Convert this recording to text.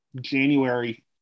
January